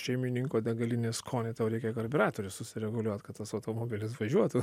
šeimininko degalinės skonį tau reikia karbiuratorių susireguliuot kad tas automobilis važiuotų